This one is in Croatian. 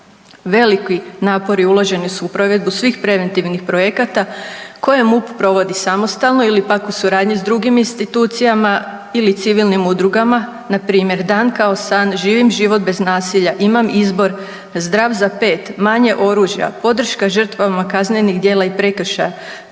Veliki napori uloženi su u provedbu svih preventivnih projekata koje MUP provodi samostalno ili pak u suradnji s drugim institucijama ili civilnim udrugama, npr. „Dan kao san“, „Živim život bez nasilja“, „Imam izbor“, „Zdrav za 5“, „Manje oružja“, „Podrška žrtvama kaznenih djela i prekršaja“,